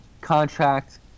contract